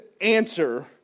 answer